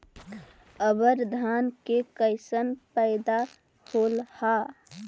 अबर धान के कैसन पैदा होल हा?